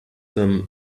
them